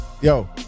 Yo